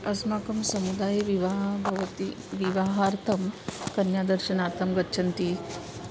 अस्माकं समुदाये विवाहः भवति विवाहार्थं कन्यादर्शनार्थं गच्छन्ति